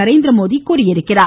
நரேந்திரமோடி தெரிவித்துள்ளார்